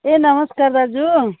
ए नमस्कार दाजु